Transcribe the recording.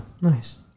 Nice